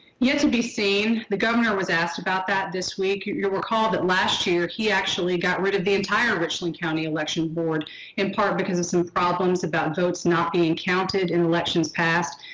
you have to be seen the governor was asked about that this week. you recall that last year, he actually got rid of the entire richland county election board in part because of some problems about votes not being counted in elections past.